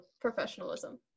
professionalism